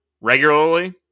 regularly